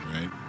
right